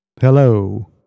Hello